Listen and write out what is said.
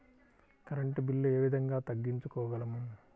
Current bill ఏ విధంగా తగ్గించుకోగలము?